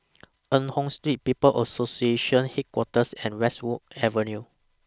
Eng Hoon Street People's Association Headquarters and Westwood Avenue